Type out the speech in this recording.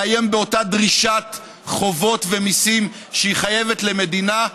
לאיים באותה דרישת חובות ומיסים שהיא חייבת למדינה,